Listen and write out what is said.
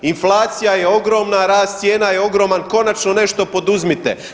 Inflacija je ogromna, rast cijena je ogroman konačno nešto poduzmite.